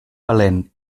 valent